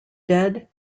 dead